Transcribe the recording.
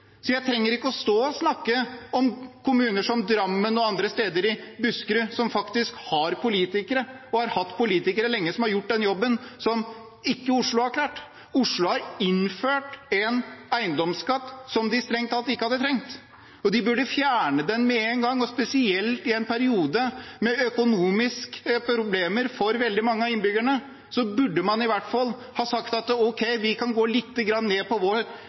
Så jeg trenger ikke stå og snakke om kommuner som Drammen og andre steder i Buskerud som faktisk har politikere og har hatt politikere som lenge har gjort den jobben som Oslo ikke har klart. Oslo har innført en eiendomsskatt som de strengt tatt ikke hadde trengt. De burde fjerne den med en gang. Spesielt i en periode med økonomiske problemer for veldig mange av innbyggerne burde man i hvert fall sagt ok, vi kan gå litt ned på